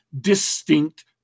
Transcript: distinct